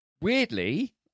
Weirdly